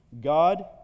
God